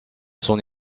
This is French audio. son